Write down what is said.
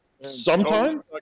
Sometime